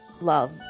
love